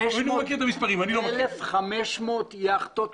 לפחות 1,500 יכטות